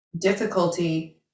difficulty